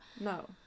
no